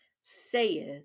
saith